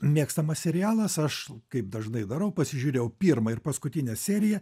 mėgstamas serialas aš kaip dažnai darau pasižiūrėjau pirmą ir paskutinę seriją